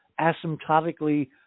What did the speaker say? asymptotically